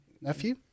nephew